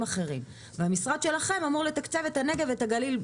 אחרים והמשרד שלכם אמור לתקציב את הנגב והגליל.